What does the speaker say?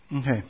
Okay